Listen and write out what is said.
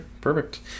perfect